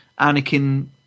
Anakin